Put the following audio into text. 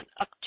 up